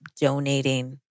donating